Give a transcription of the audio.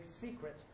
secret